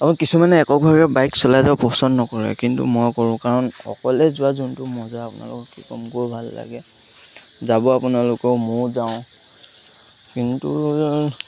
আৰু কিছুমানে এককভাৱে বাইক চলাই যাব পচন্দ নকৰে কিন্তু মই কৰোঁ কাৰণ অকলে যোৱাৰ যোনটো মজা আপোনালোকৰ কি ক'ম গৈ ভাল লাগে যাব আপোনালোকেও ময়ো যাওঁ কিন্তু